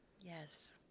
Yes